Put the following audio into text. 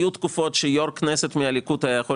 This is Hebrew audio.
היו תקופות שיושב ראש כנסת מהליכוד היה יכול